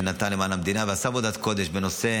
נתן למען המדינה ועשה עבודת קודש בנושא